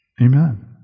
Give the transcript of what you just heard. Amen